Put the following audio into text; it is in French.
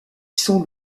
sont